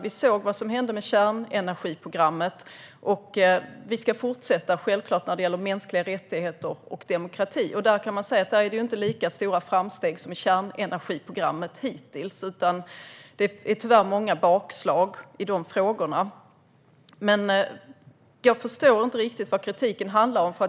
Vi såg vad som hände med kärnenergiprogrammet, och vi ska självklart fortsätta när det gäller mänskliga rättigheter och demokrati. Där kan man säga att det inte är lika stora framsteg hittills som i kärnenergiprogrammet, utan det är tyvärr många bakslag i de frågorna. Jag förstår inte riktigt vad kritiken handlar om.